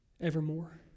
evermore